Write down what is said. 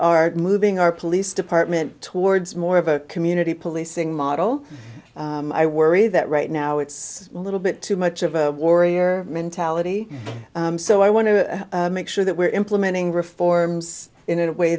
are moving our police department towards more of a community policing model i worry that right now it's a little bit too much of a warrior mentality so i want to make sure that we're implementing reforms in a way